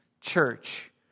Church